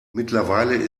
mittlerweile